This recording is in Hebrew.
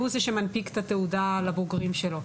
והוא זה שמנפיק את התעודה לבוגרים שלו.